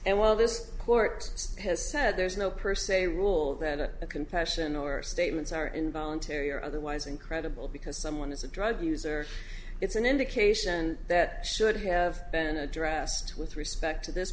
and while this court has said there's no per se rule that a confession or statements are involuntary or otherwise incredible because someone is a drug user it's an indication that should have been addressed with respect to this